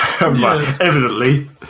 Evidently